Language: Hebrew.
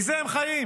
מזה הם חיים,